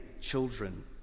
children